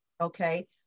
Okay